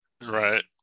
Right